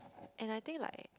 and I think like